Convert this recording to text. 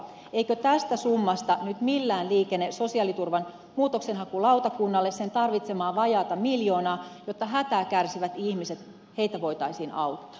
eikö tästä summasta nyt millään liikene sosiaaliturvan muutoksenhakulautakunnalle sen tarvitsemaa vajaata miljoonaa jotta hätää kärsiviä ihmisiä voitaisiin auttaa